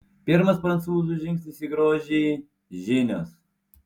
pirmas prancūzių žingsnis į grožį žinios